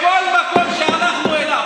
בכל מקום שהלכנו אליו,